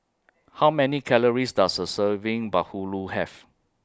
How Many Calories Does A Serving Bahulu Have